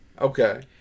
Okay